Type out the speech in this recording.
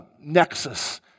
nexus